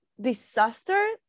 disaster